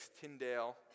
Tyndale